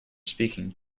speaking